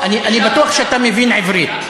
אני בטוח שאתה מבין עברית.